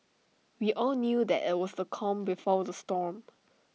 we all knew that IT was the calm before the storm